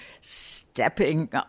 stepping